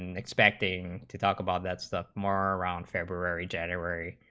and expecting to talk about that stuff more around february january,